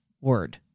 word